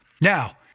Now